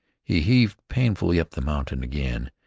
he heaved painfully up the mountain again,